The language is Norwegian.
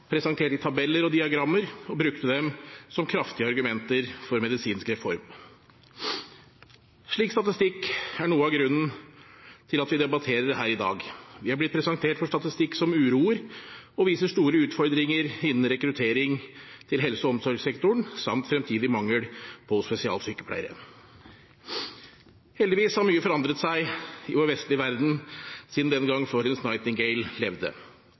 presentert i tabeller og diagrammer, og brukte dem som kraftige argumenter for medisinsk reform. Slik statistikk er noe av grunnen til at vi debatterer her i dag. Vi er blitt presentert statistikk som uroer og viser store utfordringer innen rekruttering til helse- og omsorgssektoren samt fremtidig mangel på spesialsykepleiere. Heldigvis har mye forandret seg i vår vestlige verden siden den gang Florence Nightingale levde.